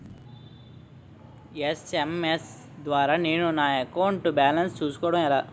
SMS ద్వారా నేను నా అకౌంట్ బాలన్స్ చూసుకోవడం ఎలా?